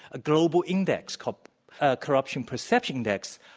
a global index called corruption perception index.